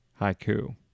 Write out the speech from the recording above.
haiku